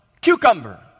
cucumber